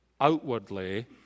outwardly